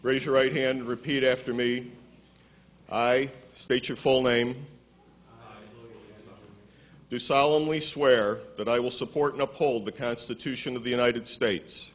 raise your right hand and repeat after me i state your full name do solemnly swear that i will support in uphold the constitution of the united states